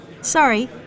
Sorry